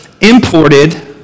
imported